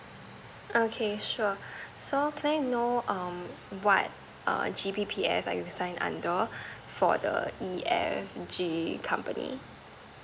okay sure so can I know um what err G_B_P_S are you signed under for the E_F_G company